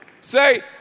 Say